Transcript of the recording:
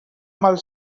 mal